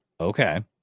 Okay